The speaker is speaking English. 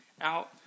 out